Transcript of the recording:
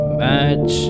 match